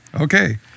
Okay